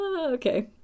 okay